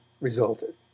resulted